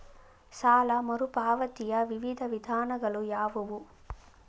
ಸಾಲ ಮರುಪಾವತಿಯ ವಿವಿಧ ವಿಧಾನಗಳು ಯಾವುವು?